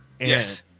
Yes